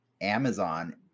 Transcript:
Amazon